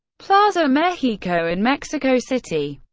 plaza mexico in mexico city,